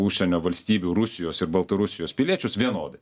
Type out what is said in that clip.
užsienio valstybių rusijos ir baltarusijos piliečius vienodai